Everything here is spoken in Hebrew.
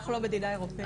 אנחנו לא מדינה אירופאית.